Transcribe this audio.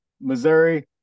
Missouri